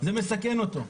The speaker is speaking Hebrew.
זה מסכן אותו.